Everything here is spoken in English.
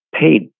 paid